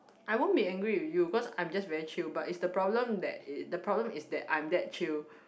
I won't be angry with you cause I am just very chill but is the problem that is the problem is that I am that chill